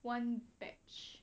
one batch